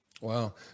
Wow